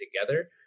together